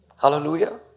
Hallelujah